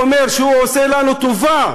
ואומר שהוא עושה לנו טובה